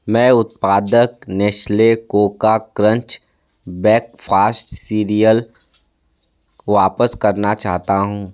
मैं उत्पादक Nestle Koko Krunch breakfast cereal को वापस करना चाहता हूँ